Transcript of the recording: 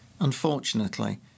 Unfortunately